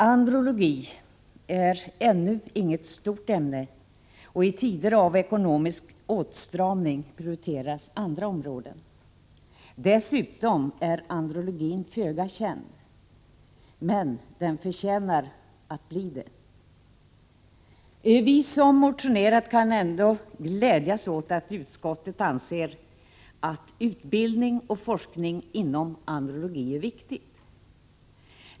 Andrologi är ännu inget stort ämne, och i tider av ekonomisk åtstramning prioriteras andra områden. Dessutom är andrologin föga känd. Men den förtjänar att bli det. Vi som motionerat kan ändå glädjas åt att utskottet anser att utbildning och forskning inom andrologi är viktig.